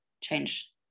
change